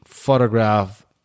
photograph